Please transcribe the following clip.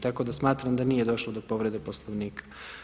Tako da smatram da nije došlo do povrede Poslovnika.